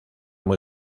muy